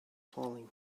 falling